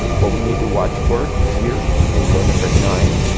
what we need to watch for here in row number nine,